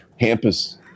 Hampus